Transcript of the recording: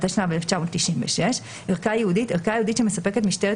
התשנ"ו 1996; "ערכה ייעודית" ערכה ייעודית שמספקת משטרת